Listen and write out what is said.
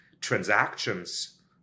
transactions